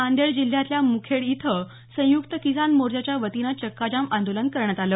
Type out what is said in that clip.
नांदेड जिल्ह्यातील मुखेड इथं संयुक्त किसान मोर्चाच्या वतीनं चक्काजाम आंदोलन करण्यात आलं